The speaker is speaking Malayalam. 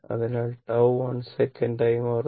അതിനാൽ tau 1 സെക്കൻഡ് ആയി മാറുന്നു